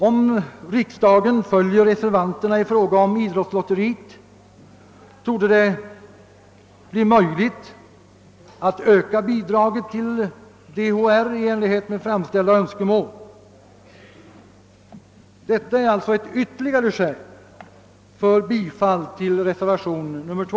Om riksdagen följer reservanternas förslag i fråga om idrottslotteriet torde det bli möjligt att öka bidraget till DHR i enlighet med framförda önskemål. Detta är alltså ytterligare ett skäl för bifall till reservationen 2.